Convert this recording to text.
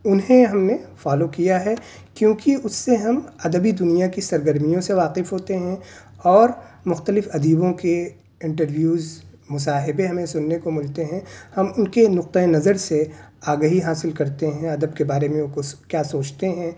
انہیں ہم نے فالو کیا ہے کیونکہ اس سے ہم ادبی دنیا کی سرگرمیوں سے واقف ہوتے ہیں اور مختلف ادیبوں کے انٹرویوز مصاحبے ہمیں سننے کو ملتے ہیں ہم ان کے نقطہ نظر سے آگہی حاصل کرتے ہیں ادب کے بارے میں وہ کچھ کیا سوچتے ہیں